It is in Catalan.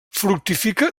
fructifica